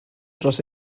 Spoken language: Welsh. dros